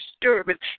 disturbance